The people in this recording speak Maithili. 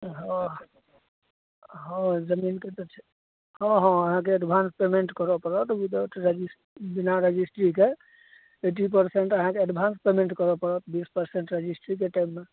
तऽ हँ हँ जमीनके तऽ छै हँ हँ अहाँके एडवान्स पेमेन्ट करऽ पड़त विदाउट रजि बिना रजिस्ट्रीके एट्टी परसेन्ट अहाँके एडवान्स पेमेन्ट करऽ पड़त बीस परसेन्ट रजिस्ट्रीके टाइममे